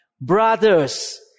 Brothers